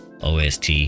ost